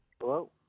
Hello